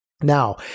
Now